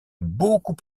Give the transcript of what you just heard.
beaucoup